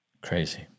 Crazy